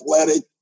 athletic